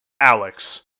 Alex